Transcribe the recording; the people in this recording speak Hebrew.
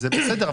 זה בסדר,